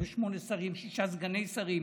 28 שרים, שישה סגני שרים.